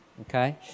Okay